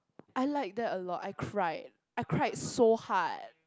I like that a lot I cried I cried so hard